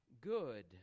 good